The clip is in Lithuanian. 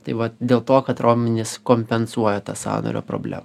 tai va dėl to kad raumenys kompensuoja tą sąnario problemą